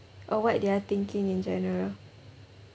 or what they're thinking in general